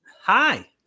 Hi